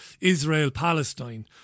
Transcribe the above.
Israel-Palestine